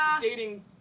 dating